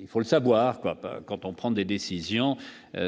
il faut le savoir quoi pas quand on prend des décisions,